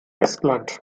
estland